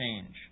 change